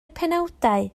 penawdau